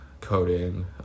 coding